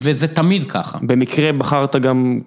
וזה תמיד ככה. במקרה בחרת גם...